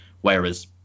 whereas